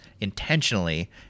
intentionally